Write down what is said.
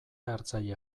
hartzaile